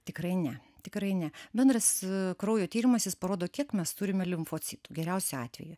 tikrai ne tikrai ne bendras kraujo tyrimas jis parodo kiek mes turime limfocitų geriausiu atveju